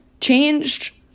changed